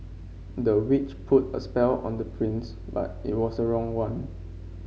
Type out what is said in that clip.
the witch put a spell on the prince but it was a wrong one